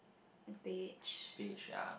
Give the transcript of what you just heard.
beige